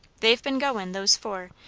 they've been goin', those four,